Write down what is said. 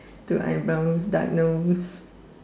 two eyebrows dark nose